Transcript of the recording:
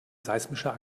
seismischer